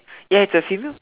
ya it's a female